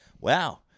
Wow